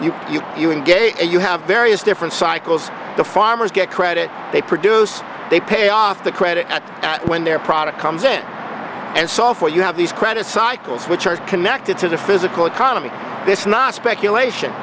engage and you have various different cycles the farmers get credit they produce they pay off the credit that when their product comes in and software you have these credit cycles which are connected to the physical economy this is not speculation